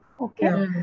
Okay